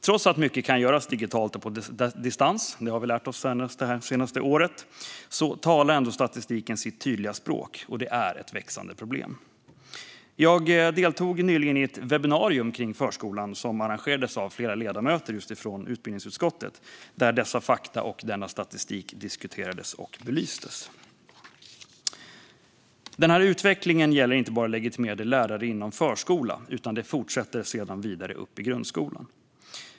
Trots att mycket kan göras digitalt och på distans - det har vi lärt oss det senaste året - talar statistiken sitt tydliga språk: Detta är ett växande problem. Jag deltog nyligen i ett webbinarium kring förskolan som arrangerades av flera ledamöter från utbildningsutskottet där dessa fakta och denna statistik diskuterades och belystes. Denna utveckling gäller inte bara legitimerade lärare inom förskolan, utan den fortsätter sedan vidare upp i grundskolan.